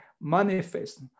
manifest